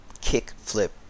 kick-flip